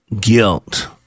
guilt